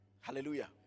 Hallelujah